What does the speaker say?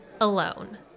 alone